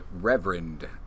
Reverend